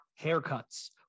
haircuts